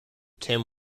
tim